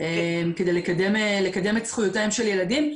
כדי לקדם את זכויותיהם של ילדים.